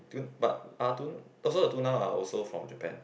tun~ but ah tun~ also the Tuna are also from Japan